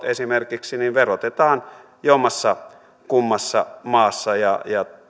esimerkiksi eläketulot verotetaan jommassakummassa maassa ja